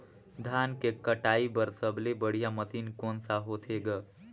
धान के कटाई बर सबले बढ़िया मशीन कोन सा होथे ग?